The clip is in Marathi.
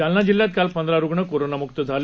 जालनाजिल्ह्यातकालपंधरारुग्णकोरोनामुक्तझाले